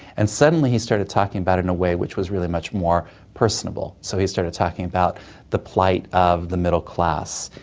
and suddenly he started talking about it in a way which was really much more personable. so he started talking about the plight of the middle class,